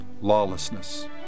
lawlessness